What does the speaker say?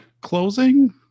closing